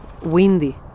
windy